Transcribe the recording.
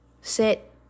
sit